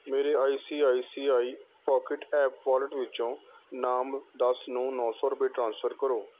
ਮੇਰੇ I C I C I pocket app wallet ਵਿੱਚੋਂ ਨਾਮ ਦਸ ਨੂੰ ਨੌ ਸੌ ਰੁਪਏ ਟ੍ਰਾਂਸਫਰ ਕਰੋ